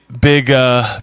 Big